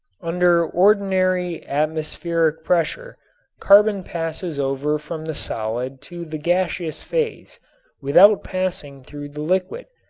under ordinary atmospheric pressure carbon passes over from the solid to the gaseous phase without passing through the liquid,